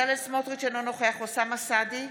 בצלאל סמוטריץ' אינו נוכח אוסאמה סעדי,